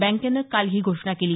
बँकेनं काल ही घोषणा केली